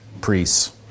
priests